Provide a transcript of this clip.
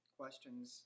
questions